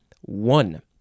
One